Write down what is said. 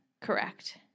Correct